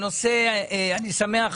אני שמח,